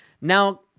Now